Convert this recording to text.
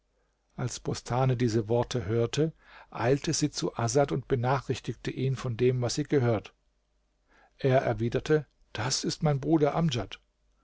als bostane diese worte hörte eilte sie zu asad und benachrichtigte ihn von dem was sie gehört er erwiderte das ist mein bruder amdjad